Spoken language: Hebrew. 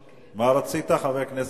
בבקשה.